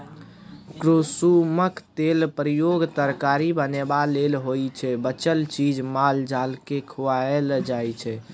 कुसुमक तेलक प्रयोग तरकारी बनेबा लेल होइ छै बचल चीज माल जालकेँ खुआएल जाइ छै